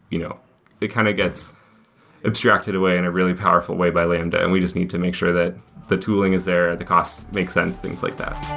you know it kind of gets abstracted away in a really powerful way by lambda, and we just need to o make sure that the tooling is there and the costs makes sense, things like that.